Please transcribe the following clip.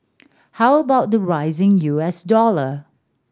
how about the rising U S dollar